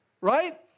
Right